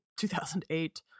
2008